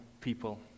people